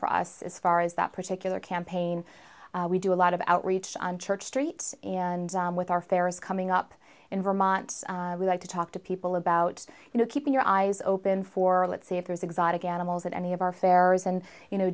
for us as far as that particular campaign we do a lot of outreach on church street and with our fair is coming up in vermont we like to talk to people about you know keeping your eyes open for let's see if there's exotic animals at any of our fairs and you know